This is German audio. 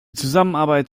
zusammenarbeit